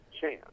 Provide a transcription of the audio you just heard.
chance